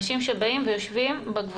מה לעשות, כך נגזר עלינו.